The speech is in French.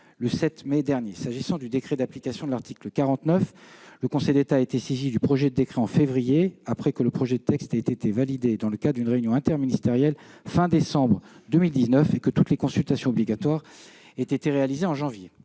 le 7 mai dernier. S'agissant du décret d'application de l'article 49, le Conseil d'État a été saisi du projet de décret en février, après que celui-ci a été validé lors d'une réunion interministérielle à la fin du mois de décembre 2019 et que toutes les consultations obligatoires ont été réalisées en janvier.